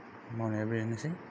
मावनाया बेनोसै